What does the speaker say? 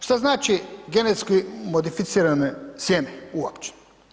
Šta znači genetski modificirane sjeme uopće?